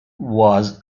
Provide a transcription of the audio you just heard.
was